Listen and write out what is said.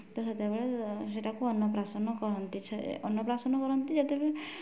ତ ସେତେବେଳେ ସେଇଟାକୁ ଅନ୍ନପ୍ରଶାନ କୁହନ୍ତି ସେ ଅନ୍ନପ୍ରଶାନ କରନ୍ତି ଯେତେବେଳେ